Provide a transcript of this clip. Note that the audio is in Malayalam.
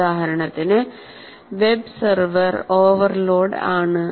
ഉദാഹരണത്തിന് വെബ്സർവർ ഓവർലോഡ് ആണ്